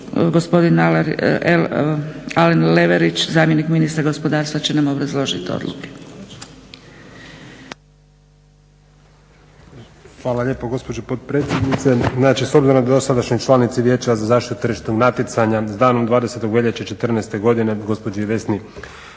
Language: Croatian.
Gospodin Alen Leverić, zamjenik ministra gospodarstva će nam obrazložiti odluke.